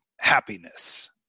happiness